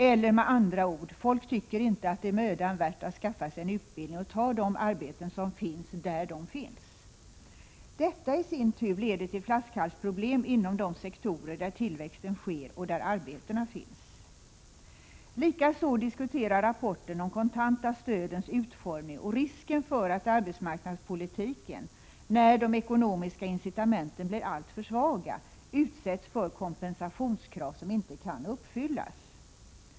Eller med andra ord: Folk tycker inte att det är mödan värt att skaffa sig en utbildning och ta de arbeten som finns, där de finns. Detta i sin tur leder till flaskhalsproblem inom de sektorer där tillväxten sker och där arbetena finns. Likaså diskuteras i rapporten de kontanta stödens utformning och risken för att arbetsmarknadspolitiken, när de ekonomiska incitamenten blir alltför svaga, utsätts för kompensationskrav som inte kan uppfyllas.